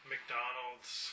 McDonald's